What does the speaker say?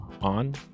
On